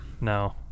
no